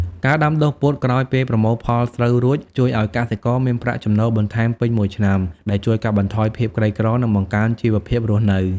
ការដាំដុះពោតក្រោយពេលប្រមូលផលស្រូវរួច ជួយឱ្យកសិករមានប្រាក់ចំណូលបន្ថែមពេញមួយឆ្នាំ ដែលជួយកាត់បន្ថយភាពក្រីក្រ និងបង្កើនជីវភាពរស់នៅ។